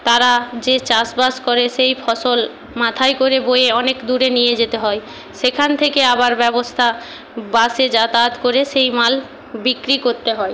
তারা যে চাষবাস করে সেই ফসল মাথায় করে বয়ে অনেক দূরে নিয়ে যেতে হয় সেখান থেকে আবার ব্যবস্থা বাসে যাতায়াত করে সেই মাল বিক্রি করতে হয়